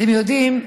אתם יודעים,